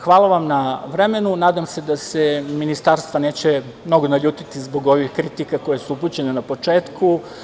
Hvala vam na vremenu, nadam se da se ministarstva neće mnogo naljutiti zbog ovih kritika koje su upućene na početku.